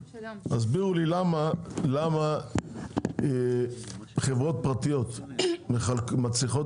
תסבירו לי למה חברות פרטיות מצליחות